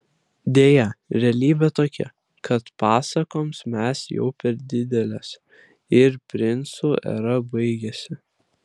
deja realybė tokia kad pasakoms mes jau per didelės ir princų era baigėsi